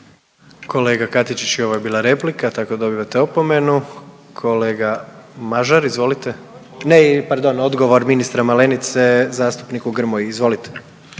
Kolega Katičić i ovo je bila replika, tako da dobivate opomenu. Kolega Mažar izvolite. Ne pardon, odgovor ministra Malenice zastupniku Grmoji, izvolite.